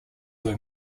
were